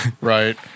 right